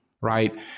right